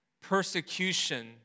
persecution